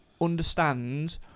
understand